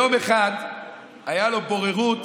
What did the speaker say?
יום אחד הייתה לו בוררות